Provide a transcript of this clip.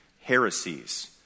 Heresies